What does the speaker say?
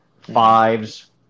fives